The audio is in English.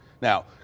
Now